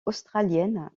australienne